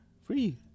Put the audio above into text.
Free